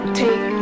take